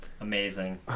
Amazing